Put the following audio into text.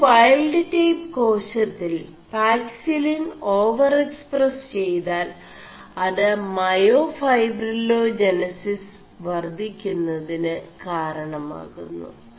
ഒരു wild type േകാശøിൽ paxillin overexpress െചയ്താൽ അത് മേയാൈഫ4ബിേലാജനസിസ് വർWി ുMതിന് കാരണമാകുMു